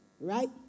right